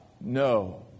No